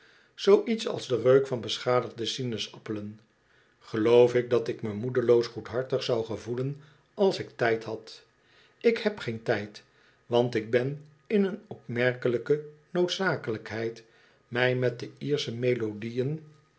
zoo iets als de reuk van beschadigde sinaasappelen geloof ik dat ik me moedeloos goedhartig zou gevoelen als ik tijd had ik heb geen tijd want ik ben in een opmerkelijke noodzakelijkheid mij met de lersche melodieën